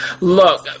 look